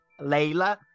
Layla